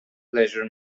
pleasure